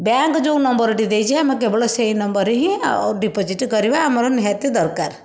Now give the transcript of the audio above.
bank ଯେଉଁ ନମ୍ବରଟି ଦେଇଛି ଆମେ କେବଳ ସେଇ ନମ୍ବରରେ ହିଁ ଡିପୋଜିଟ୍ କରିବା ଆମର ନିହାତି ଦରକାର